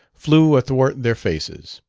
flew athwart their faces.